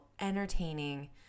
entertaining